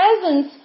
presence